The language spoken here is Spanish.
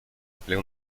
emplea